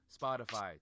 Spotify